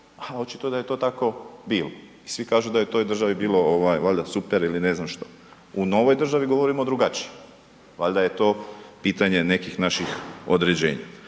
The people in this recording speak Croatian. očito da je to tako bilo. I svi kažu da je u toj državi bilo ovaj valjda super ili ne znam što. U novoj državi govorimo drugačije. Valjda je to pitanje nekih naših određenja.